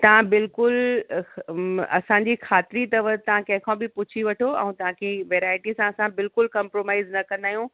तव्हां बिल्कुलु असांजी ख़ातिरी अथव तव्हां कंहिं खां बि पुछी वठो ऐं तव्हांखे वैरायटी सां असां बिल्कुलु कंप्रोमाइज़ न कंदा आहियूं